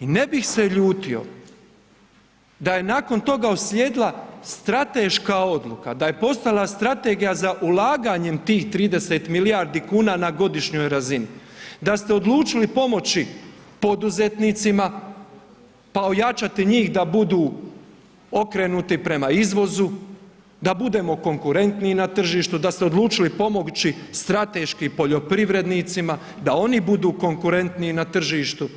I ne bih se ljutio da je nakon toga uslijedila strateška da je postojala strategija za ulaganjem tih 30 milijardi kuna na godišnjoj razini, da ste odlučili pomoći poduzetnicima, pa ojačati njih da budu okrenuti prema izvozu, da budemo konkurentniji na tržištu, da ste odlučili pomoći strateški poljoprivrednicima, da oni budu konkurentniji na tržištu,